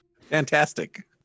Fantastic